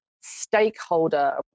stakeholder